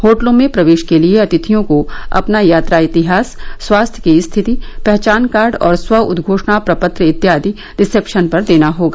होटलों में प्रवेश के लिए अतिथियों को अपना यात्रा इतिहास स्वास्थ्य की स्थिति पहचान कार्ड और स्व उद्घोषणा प्रपत्र इत्यादि रिसेप्शन पर देना होगा